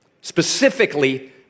specifically